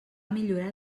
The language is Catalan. millorat